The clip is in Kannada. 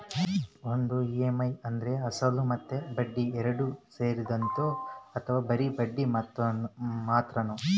ಒಂದು ಇ.ಎಮ್.ಐ ಅಂದ್ರೆ ಅಸಲು ಮತ್ತೆ ಬಡ್ಡಿ ಎರಡು ಸೇರಿರ್ತದೋ ಅಥವಾ ಬರಿ ಬಡ್ಡಿ ಮಾತ್ರನೋ?